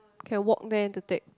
okay walk there to take